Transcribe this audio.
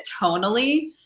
tonally